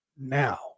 Now